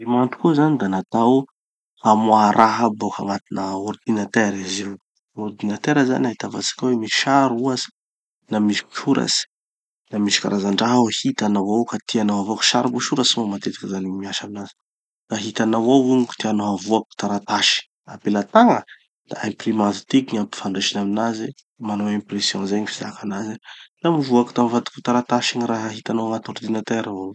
Gn'imprimante koa zany da natao hamoaha raha boka agnatina ordinateur izy io. Gn'ordinateur zany ahitavatsika hoe misy sary ohatsy, da misy soratsy, da misy karazan-draha ao hitanao ao ka tianao havoaky. Sary vo soratsy moa gny matetiky zany miasa aminazy. No hitanao ao igny ka tianao havoaky taratasy ampelatagna, da imprimante tiky gn'ampifandraisina aminazy, manao impression zay gny fizaka anazy, da mivoaky da mivadiky ho taratasy gny raha hitanao agnaty ordinateur ao.